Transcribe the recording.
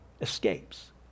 escapes